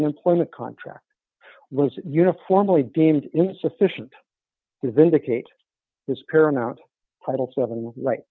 an employment contract was uniformly deemed insufficient to vindicate his paramount title seven right